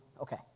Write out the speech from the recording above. Okay